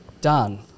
done